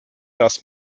das